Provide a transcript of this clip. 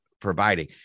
providing